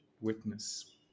witness